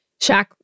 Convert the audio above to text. Shaq